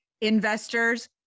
investors